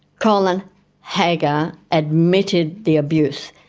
colin haggar admitted the abuse.